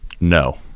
No